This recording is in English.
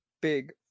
big